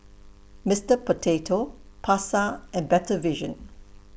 Mister Potato Pasar and Better Vision